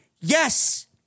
Yes